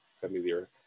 familiar